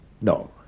No